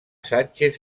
sánchez